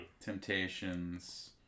Temptations